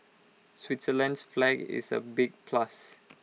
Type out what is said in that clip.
Switzerland's flag is A big plus